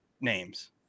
names